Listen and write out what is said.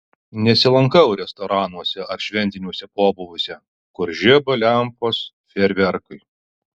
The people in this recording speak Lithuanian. nesilankau restoranuose ar šventiniuose pobūviuose kur žiba lempos fejerverkai